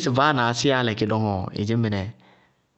náñtɔ tʋrʋ sɩ ábéliya ábéliya róólɩ sɔŋɛ.